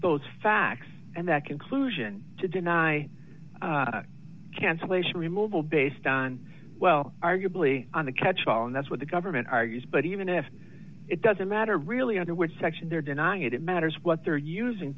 those facts and that conclusion to deny cancellation removal based on well arguably on the catchall and that's what the government argues but even if it doesn't matter really under which section they're denying it it matters what they're using